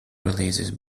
releases